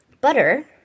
butter